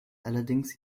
allerdings